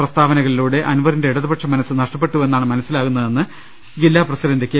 പ്രസ്താവന ്കളിലൂടെ അൻവറിന്റെ ഇടതുപക്ഷമനസ്സ് നഷ്ടപ്പെട്ടു വെന്നാണ് മനസ്സിലാകുന്നതെന്ന് ജില്ലാ പ്രസിഡന്റ് കെ